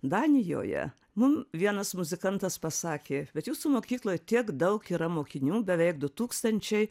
danijoje mum vienas muzikantas pasakė bet jūsų mokykloj tiek daug yra mokinių beveik du tūkstančiai